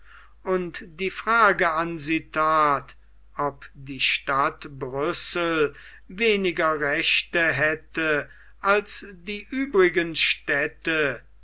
und die frage an sie that ob die stadt brüssel weniger rechte hätte als die übrigen städte